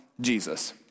Jesus